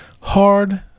Hard